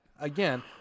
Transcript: again